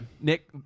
Nick